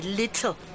little